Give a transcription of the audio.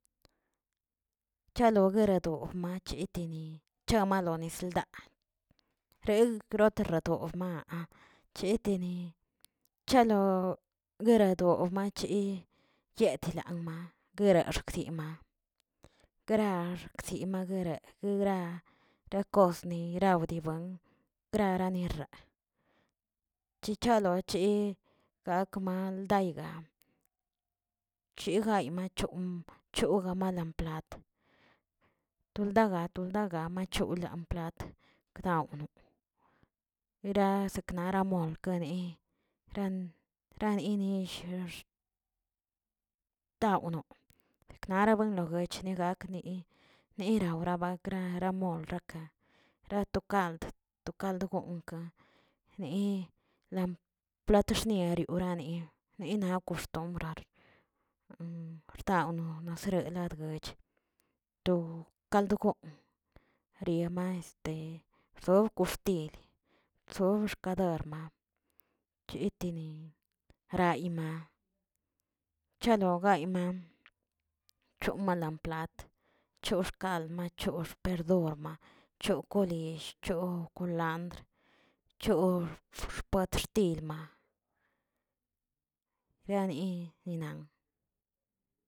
Chalo gueradofni cheteni chama lonez ldaa reg cheteratogmaa, cheteni chalo guerado mache yetilamma gueraxagdinma, grax garakzi ma, guera ra rakosni rawdiban grarani rra, chichalo che galmaldayga chegayma chon choganmala plat toldaga toldaga machogan malda plat nira siknara mold rarenill xtawno reknarawen lomech rakni nirawakmor knara ratokant to kald goonk lin plat xnia wrani nina koxtombra, xtawno nilad gokch to kald goon riama este wxzo koxtili chzo koderma, ketini rayma chalo gayma, chomanla plat, choxkalma machox perdomna, chokolill, cho kolandr, cho xpatxtilma, riani nan.